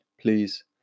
please